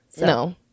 No